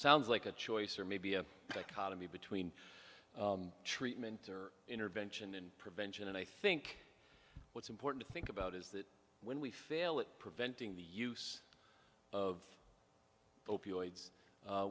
sounds like a choice or maybe an economy between treatment intervention and prevention and i think what's important to think about is that when we fail at preventing the use of